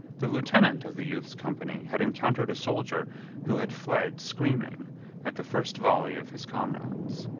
the lieutenant of the youth's company had encountered a soldier who had fled screaming at the first volley of his comrades.